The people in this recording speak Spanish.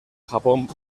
japón